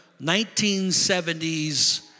1970s